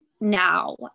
now